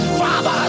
father